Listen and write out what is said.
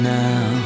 now